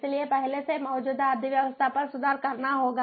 इसलिए पहले से मौजूद अर्थव्यवस्था पर सुधार करना होगा